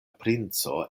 princo